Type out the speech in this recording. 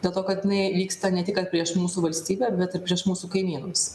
dėl to kad jinai vyksta ne tik kad prieš mūsų valstybę bet ir prieš mūsų kaimynus